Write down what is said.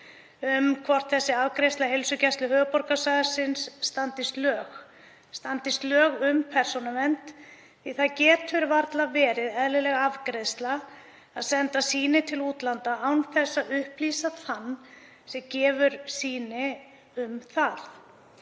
um hvort þessi afgreiðsla Heilsugæslu höfuðborgarsvæðisins standist lög um persónuvernd. Það getur varla verið eðlileg afgreiðsla að senda sýni til útlanda án þess að upplýsa þann sem gefur sýnið um það.